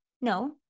no